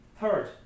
Third